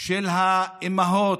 של האימהות,